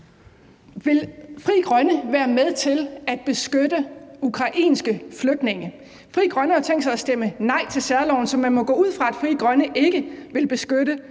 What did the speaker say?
Vil Frie Grønne være med til at beskytte ukrainske flygtninge? Frie Grønne har tænkt sig at stemme nej til særloven, så man må gå ud fra, at Frie Grønne ikke vil beskytte